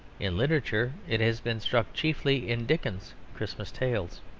in literature it has been struck chiefly in dickens's christmas tales.